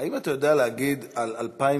האם את יודע להגיד על 2016,